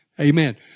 Amen